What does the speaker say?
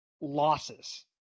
losses